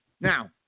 Now